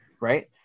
right